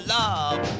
love